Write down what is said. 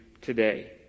today